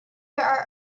are